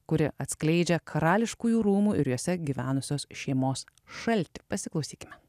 kuri atskleidžia karališkųjų rūmų ir juose gyvenusios šeimos šaltį pasiklausykime